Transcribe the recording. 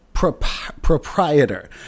proprietor